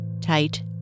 Tight